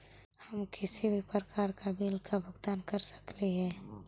हम किसी भी प्रकार का बिल का भुगतान कर सकली हे?